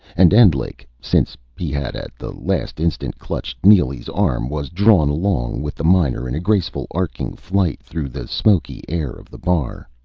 and endlich, since he had at the last instant clutched neely's arm, was drawn along with the miner in a graceful, arcing flight through the smoky air of the bar.